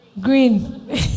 Green